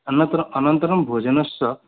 अनतरम् अनन्तरं भोजनस्य